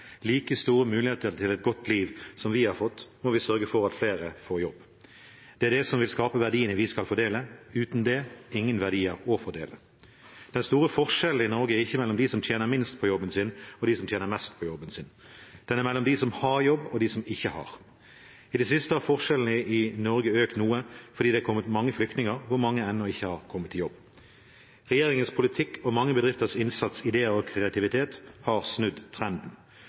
like store muligheter til et godt liv som vi har fått, må vi sørge for at flere får jobb. Det er det som vil skape verdiene vi skal fordele. Uten det er det ingen verdier å fordele. Den store forskjellen i Norge er ikke mellom dem som tjener minst på jobben sin, og dem som tjener mest på jobben sin. Den er mellom dem som har jobb, og dem som ikke har det. I det siste har forskjellene i Norge økt noe, fordi det er kommet mange flyktninger, og mange har ennå ikke kommet i jobb. Regjeringens politikk og mange bedrifters innsats, ideer og kreativitet har snudd trenden.